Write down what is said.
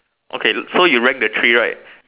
okay so you rank the three right